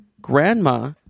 grandma